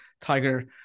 Tiger